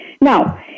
Now